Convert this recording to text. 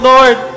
Lord